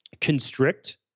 constrict